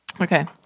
Okay